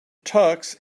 tux